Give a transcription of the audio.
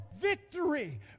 victory